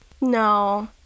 No